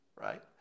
right